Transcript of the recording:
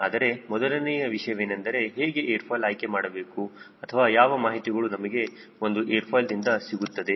ಆದರೆ ಮೊದಲನೆಯ ವಿಷಯವೆಂದರೆ ಹೇಗೆ ಏರ್ ಫಾಯ್ಲ್ ಆಯ್ಕೆ ಮಾಡಬೇಕು ಅಥವಾ ಯಾವ ಮಾಹಿತಿಗಳು ನಮಗೆ ಒಂದು ಏರ್ ಫಾಯ್ಲ್ದಿಂದ ಸಿಗುತ್ತದೆ